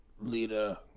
leader